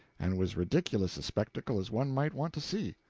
and was ridiculous a spectacle as one might want to see.